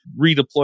redeploy